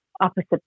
opposite